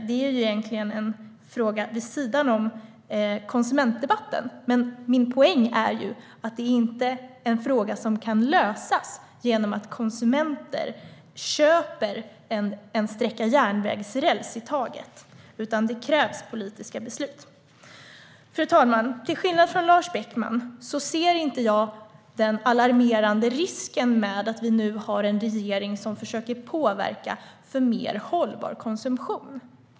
Det är egentligen en fråga vid sidan om konsumentdebatten, men min poäng är att det inte är en fråga som kan lösas genom att konsumenter köper en sträcka järnvägsräls i taget. Det krävs politiska beslut. Fru talman! Till skillnad från Lars Beckman ser jag inte den alarmerande risken med att vi nu har en regering som försöker påverka för mer hållbar konsumtion.